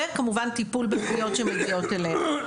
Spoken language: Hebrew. וכמובן טיפול בפניות שמגיעות אלינו.